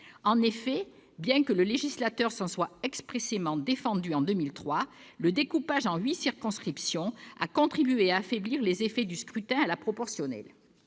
En effet, bien que le législateur s'en soit expressément défendu en 2003, le découpage en huit circonscriptions a contribué à affaiblir les effets du scrutin à la proportionnelle.